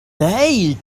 they